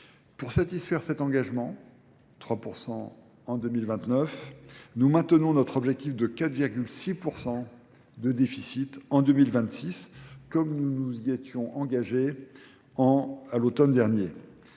Pour satisfaire cet engagement, 3 % en 2029, nous maintenons notre objectif de 4,6 % de déficit en 2026, comme nous nous y étions engagés à l'automne dernier.